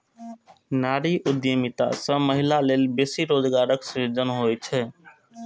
नारी उद्यमिता सं महिला लेल बेसी रोजगारक सृजन होइ छै